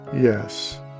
Yes